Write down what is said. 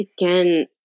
again